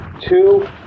Two